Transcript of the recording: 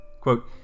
quote